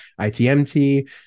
ITMT